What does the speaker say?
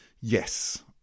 Yes